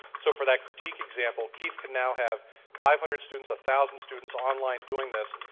so for that critique example, keith could now have five hundred students, a thousand students online doing this.